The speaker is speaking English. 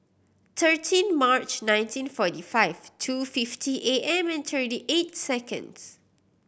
thirteen March nineteen forty five two fifty A M and thirty eight seconds